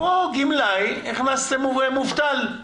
פה לגמלאי הכנסתם מובטל.